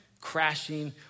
crashing